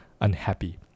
unhappy